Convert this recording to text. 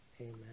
Amen